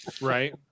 Right